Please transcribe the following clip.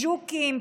ג'וקים,